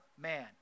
man